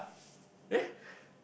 eh